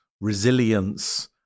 resilience